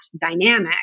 dynamic